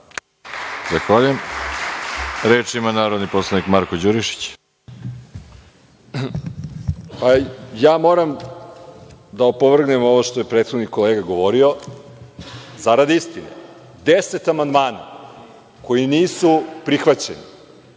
Zahvaljujem. Reč ima narodni poslanik Marko Đurišić. **Marko Đurišić** Ja moram da opovrgnem ovo što je prethodni kolega govorio zarad istine. Deset amandmana koji nisu prihvaćeni